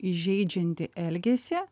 įžeidžiantį elgesį